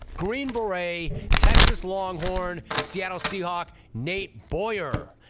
green beret, texas longhorn, seattle seahawk, nate boyer.